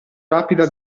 rapida